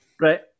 Right